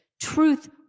truth